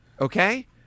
Okay